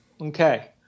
okay